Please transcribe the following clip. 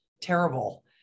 terrible